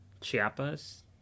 Chiapas